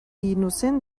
innocent